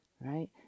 right